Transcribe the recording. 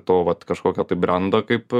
to vat kažkokio tai brendo kaip